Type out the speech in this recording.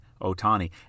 Otani